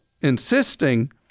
insisting